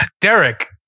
Derek